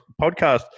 podcast